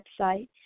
website